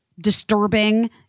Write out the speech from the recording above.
disturbing